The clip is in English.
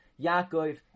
Yaakov